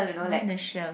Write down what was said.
mine is shells